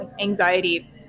anxiety